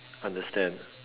understand